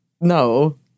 no